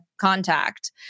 contact